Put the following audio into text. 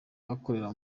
bakorera